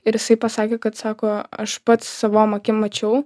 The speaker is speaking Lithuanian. ir jisai pasakė kad sako aš pats savom akim mačiau